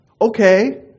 Okay